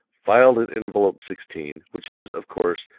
filed in envelope sixteen, which is, of course,